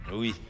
Oui